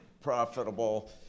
profitable